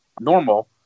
normal